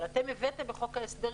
אבל אתם הבאתם בחוק ההסדרים